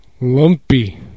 Lumpy